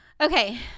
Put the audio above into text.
Okay